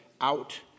out